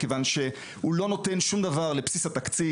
מכיוון שהוא לא נותן שום דבר לבסיס התקציב.